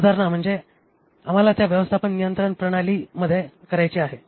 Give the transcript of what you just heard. सुधारणा म्हणजे आम्हाला या व्यवस्थापन नियंत्रण प्रणालीमध्ये करायचे आहे